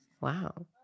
Wow